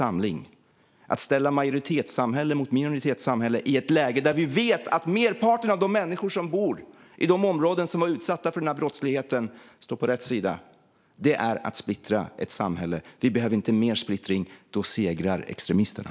Att ställa majoritetssamhälle mot minoritetssamhälle i ett läge där vi vet att merparten av de människor som bor i de områden som utsattes för denna brottslighet står på rätt sida är att splittra ett samhälle. Vi behöver inte mer splittring, för då segrar extremisterna.